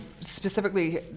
specifically